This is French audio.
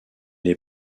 est